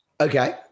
Okay